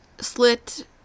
slit